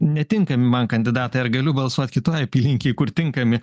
netinkami man kandidatai ar galiu balsuot kitoj apylinkėj kur tinkami